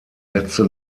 letzte